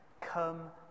come